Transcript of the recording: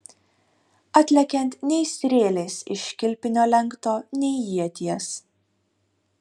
atlekiant nei strėlės iš kilpinio lenkto nei ieties